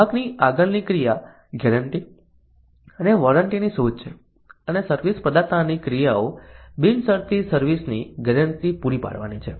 ગ્રાહકની આગળની ક્રિયા ગેરંટી અને વોરંટીની શોધ છે અને સર્વિસ પ્રદાતાની ક્રિયાઓ બિનશરતી સર્વિસ ની ગેરંટી પૂરી પાડવાની છે